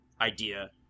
idea